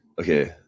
Okay